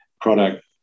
product